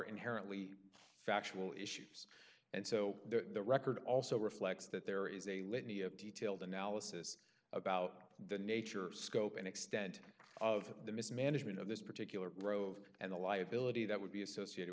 inherently factual issues and so the record also reflects that there is a litany of detailed analysis about the nature scope and extent of the mismanagement of this particular rove and the liability that would be associated